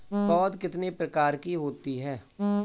पौध कितने प्रकार की होती हैं?